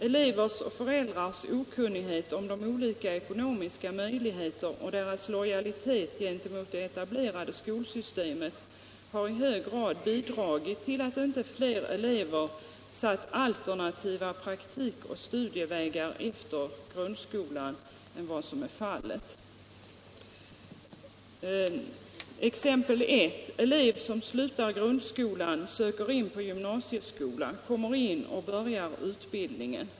Elevers och föräldrars okun Nr 86 nighet om olika ekonomiska möjligheter och deras lojalitet gentemot Tisdagen den det etablerade skolsystemet har i stor utsträckning medverkat till att 15 mars 1977 inte fler elever satsat på alternativa praktikoch studievägar efter grund= = skolan än som är fallet. Om bättre samord Exempel 1: Elev som slutar grundskolan söker in på gymnasieskolan, ning av resurserna kommer in och börjar utbildningen.